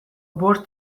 bost